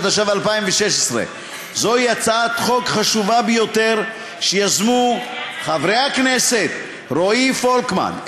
התשע"ו 2016. זוהי הצעת חוק חשובה ביותר שיזמו חברי הכנסת רועי פולקמן,